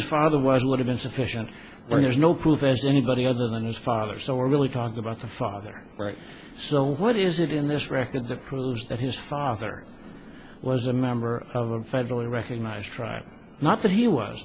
his father was a lot of insufficient there's no proof as anybody other than his father so we're really talking about the father right so what is it in this record that proves that his father was a member of a federally record nice try not that he was